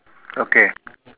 okay